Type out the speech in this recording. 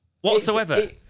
Whatsoever